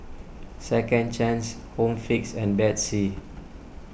Second Chance Home Fix and Betsy